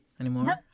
anymore